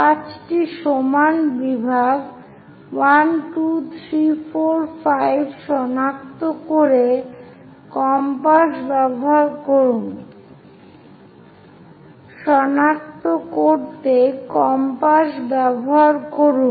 5 টি সমান বিভাগ 1 2 3 4 5 সনাক্ত করতে কম্পাস ব্যবহার করুন